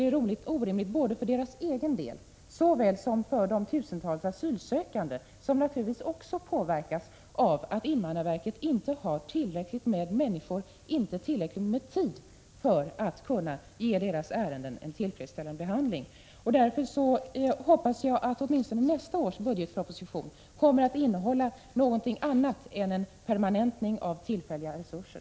Det är orimligt både för deras egen del som för de asylsökandes del — dessa påverkas naturligtvis också av att invandrarverket inte har tillräckligt med personal och tillräckligt med tid för att kunna ge ärendena en tillfredsställande behandling. Därför hoppas jag att åtminstone nästa års budgetproposition kommer att innehålla någonting annat än permanentning av tillfälliga resurser.